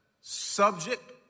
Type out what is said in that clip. subject